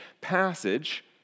passage